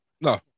No